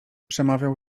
przemawiał